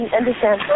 understand